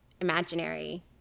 imaginary